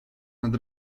nad